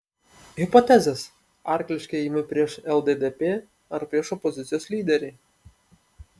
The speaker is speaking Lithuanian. hipotezės arkliški ėjimai prieš lddp ar prieš opozicijos lyderį